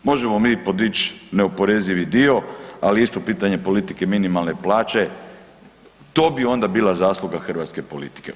Možemo mi podići neoporezivi dio, ali je isto pitanje politike minimalne plaće, to bi onda bila zasluga hrvatske politike.